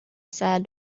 said